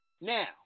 Now